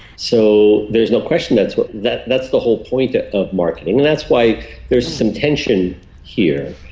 so there's no question that's but the that's the whole point of marketing, that's why there's some tension here.